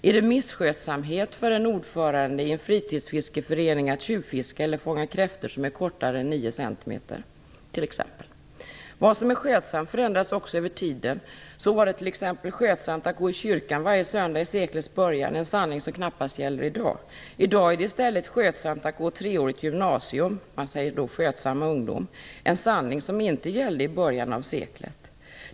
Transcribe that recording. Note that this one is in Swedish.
Är det misskötsamhet för en ordförande i fritidsfiskeföreningen att tjuvfiska eller fånga kräftor som är kortare än nio centimeter? Vad som är skötsamt förändras också över tiden. Så var det t.ex. skötsamt att gå i kyrkan varje söndag vid seklets början - en sanning som knappast gäller i dag. I dag är det i stället skötsamt att gå treårigt gymnasium - man säger då "skötsam ungdom" - en sanning som inte gällde i början av seklet.